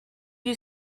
you